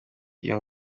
iyo